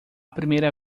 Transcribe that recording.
primeira